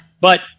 But-